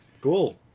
cool